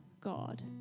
God